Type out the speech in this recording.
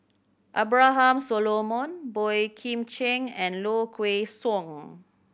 Abraham Solomon Boey Kim Cheng and Low Kway Song